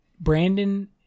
Brandon